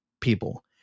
people